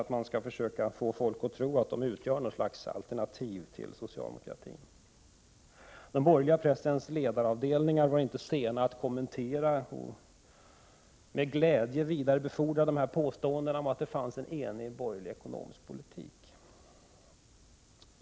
De borgerliga vill tydligen få folk att tro att de utgör något slags alternativ till socialdemokratin. Den borgerliga pressens ledaravdelningar var inte sena att kommentera och med glädje vidarebefordra dessa påståenden om en enig borgerlig ekonomisk politik.